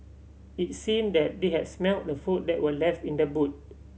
it seemed that they had smelt the food that were left in the boot